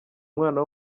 mwana